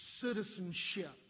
citizenship